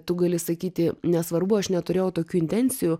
tu gali sakyti nesvarbu aš neturėjau tokių intencijų